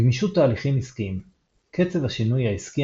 גמישות תהליכים עסקיים קצב השינוי העסקי